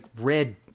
red